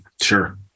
Sure